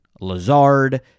Lazard